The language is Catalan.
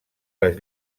les